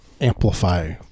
Amplify